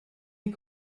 des